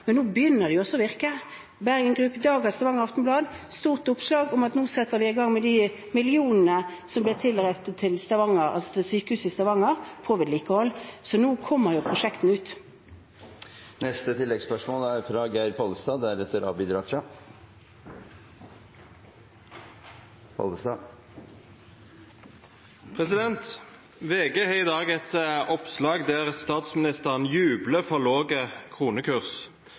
Men nå begynner de også å virke. I dagens Stavanger Aftenblad er det et stort oppslag om at man nå setter i gang med de millionene som ble tildelt Stavanger, altså til vedlikehold av sykehuset i Stavanger, så nå kommer jo prosjektene ut. Geir Pollestad – til oppfølgingsspørsmål. VG har i dag et oppslag der statsministeren «jubler for lav kronekurs».